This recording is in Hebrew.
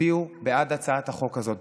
להצביע בעד הצעת החוק הזאת.